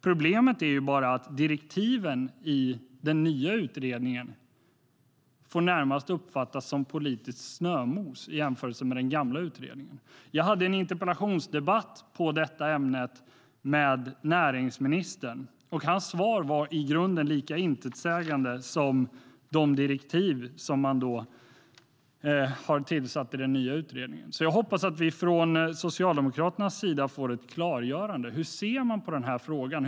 Problemet är bara att direktiven till den nya utredningen närmast får uppfattas som politiskt snömos i jämförelse med den gamla utredningen. Jag hade en interpellationsdebatt i detta ämne med näringsministern. Hans svar var i grunden lika intetsägande som de direktiv som man gett den nya utredningen. Jag hoppas att vi får ett klargörande från Socialdemokraternas sida. Hur ser man på den här frågan?